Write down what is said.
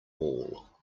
wall